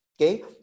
Okay